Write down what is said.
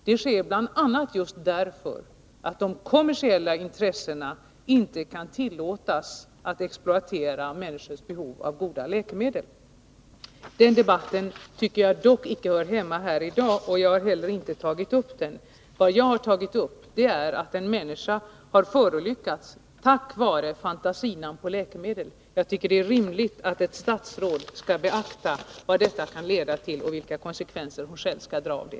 Det har vi gjort bl.a. just därför att de kommersiella intressena inte skall kunna tillåtas att exploatera människors behov av goda läkemedel. Den debatten tycker jag dock inte hör hemma här i dag, och jag har inte heller tagit upp den. Vad jag har tagit upp är att en människa har förolyckats på grund av fantasinamn på läkemedel. Jag tycker det är rimligt att statsrådet beaktar vad detta kan leda till, och vilka konsekvenser hon själv skall dra av det.